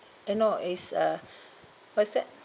eh no it's uh what's that